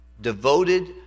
devoted